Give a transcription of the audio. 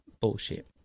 bullshit